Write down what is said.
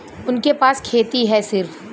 उनके पास खेती हैं सिर्फ